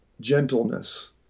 gentleness